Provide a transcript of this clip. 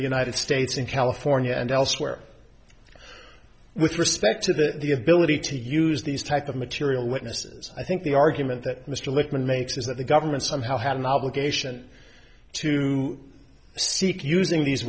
the united states in california and elsewhere with respect to the the ability to use these type of material witnesses i think the argument that mr lippman makes is that the government somehow had an obligation to seek using these